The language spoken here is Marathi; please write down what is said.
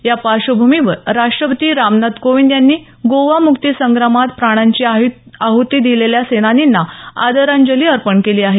या पार्श्वभूमीवर राष्ट्रपती रामनाथ कोविंद यांनी गोवा मुक्तीसंग्रामात प्राणांची आहुती दिलेल्या सेनानींना आदरांजली अर्पण केली आहे